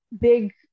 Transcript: big